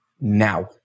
now